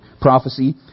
prophecy